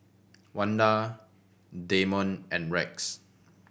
Wanda Damon and Rex